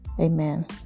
Amen